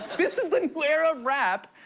this is the new era of rap,